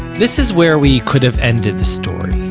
this is where we could have ended the story.